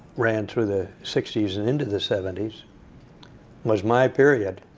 ran through the sixty s and into the seventy s was my period.